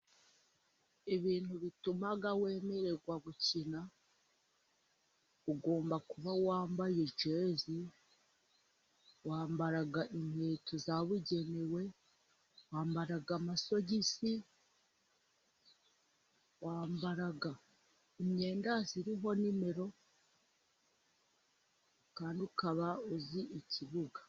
Ibintu bituma wemererwa gukina, ugomba kuba wambaye jezi, wambara inkweto zabugenewe, wambara amasogisi, wambara imyenda ziriho nimero, kandi ukaba uzi ikibuga.